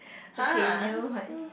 okay never mind